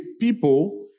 people